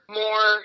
more